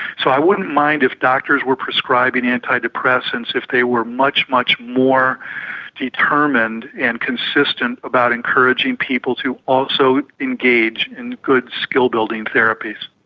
so i wouldn't mind if doctors were prescribing antidepressants if they were much, much more determined and consistent about encouraging people to also engage in good skill building therapies.